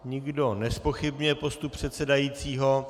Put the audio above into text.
Nikdo nezpochybňuje postup předsedajícího.